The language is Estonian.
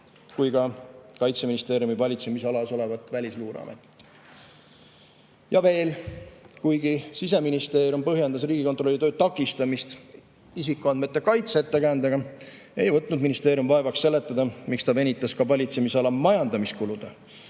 kui ka Kaitseministeeriumi valitsemisalas olevat Välisluureametit. Ja kuigi Siseministeerium põhjendas Riigikontrolli töö takistamist isikuandmete kaitse ettekäändega, ei võtnud ministeerium vaevaks seletada, miks ta venitas ka valitsemisala majandamiskulude